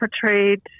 portrayed